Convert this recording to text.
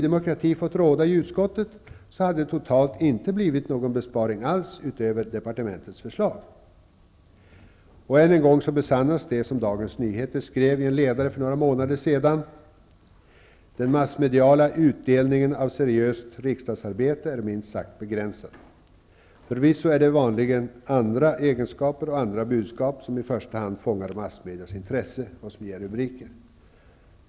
Detta betyder att det totalt inte hade blivit någon besparing alls utöver departementets förslag, om Ny demokrati hade fått råda i utskottet. Än en gång besannas det som Dagens Nyheter skrev i en ledare för några månader sedan: ''Den massmediala utdelningen av seriöst riksdagsarbete är minst sagt begränsad.'' Förvisso är det vanligen andra egenskaper och andra budskap som i första hand fångar massmedias intresse och som ger rubriker.